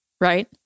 right